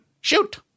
Shoot